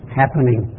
happening